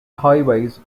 highways